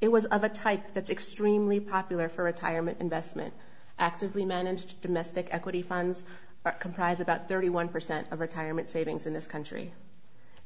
it was of a type that's extremely popular for retirement investment actively managed domestic equity funds comprise about thirty one percent of retirement savings in this country